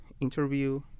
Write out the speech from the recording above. interview